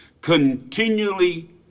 continually